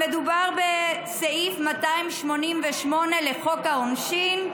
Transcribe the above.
מדובר בסעיף 288 לחוק העונשין,